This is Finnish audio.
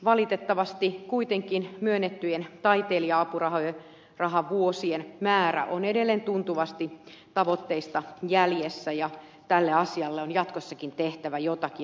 valitettavasti kuitenkin myönnettyjen taiteilija apurahavuosien määrä on edelleen tuntuvasti tavoitteista jäljessä ja tälle asialle on jatkossakin tehtävä jotakin